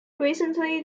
recently